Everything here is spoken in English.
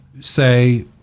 say